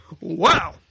Wow